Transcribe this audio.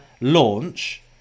launch